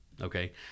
Okay